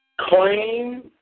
claim